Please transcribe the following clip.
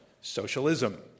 socialism